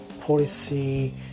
policy